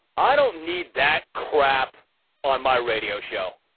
i don't need that crap on my radio show.